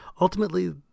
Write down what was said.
ultimately